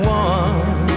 one